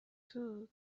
too